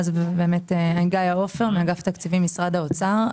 אני מאגף תקציבים, משרד האוצר.